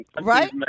Right